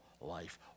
life